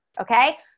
Okay